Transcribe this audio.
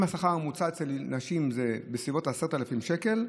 אם השכר הממוצע אצל נשים זה בסביבות 10,000 שקל,